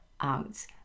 out